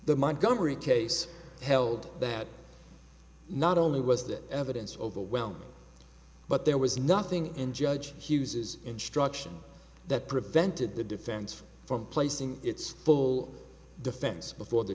the montgomery case held that not only was that evidence overwhelming but there was nothing in judge hughes's instruction that prevented the defense from placing its full defense before the